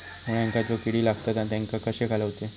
मुळ्यांका जो किडे लागतात तेनका कशे घालवचे?